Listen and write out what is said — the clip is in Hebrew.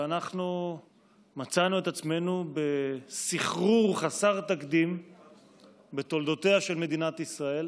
ואנחנו מצאנו את עצמנו בסחרור חסר תקדים בתולדותיה של מדינת ישראל,